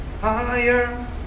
Higher